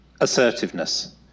assertiveness